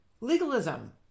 legalism